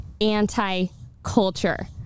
anti-culture